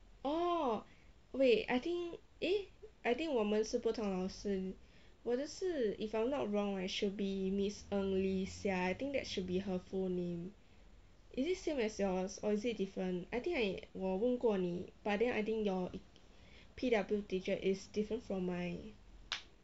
oh wait I think eh I think 我们是不同老师我的是 if I'm not wrong right should be miss ng li xia I think that should be her full name is it same as yours or is it different I think I 我问过你 but then I think your P_W teacher is different from mine